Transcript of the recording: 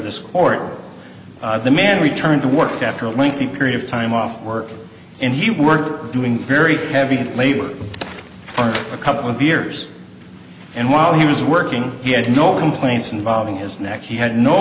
this or the man returned to work after a lengthy period of time off work and he were doing very heavy labor for a couple of years and while he was working he had no complaints involving his neck he had no